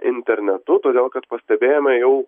internetu todėl kad pastebėjome jau